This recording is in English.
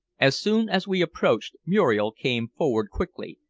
as soon as we approached muriel came forward quickly,